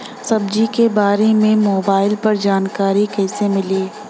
सब्जी के बारे मे मोबाइल पर जानकारी कईसे मिली?